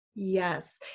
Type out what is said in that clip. yes